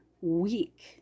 week